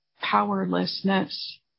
Powerlessness